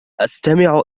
أستمع